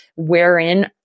wherein